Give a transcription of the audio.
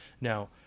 Now